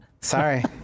sorry